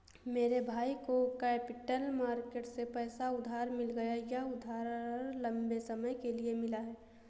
मेरे भाई को कैपिटल मार्केट से पैसा उधार मिल गया यह उधार लम्बे समय के लिए मिला है